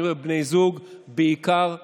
כשאני אומר בני זוג, בעיקר נשים.